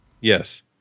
Yes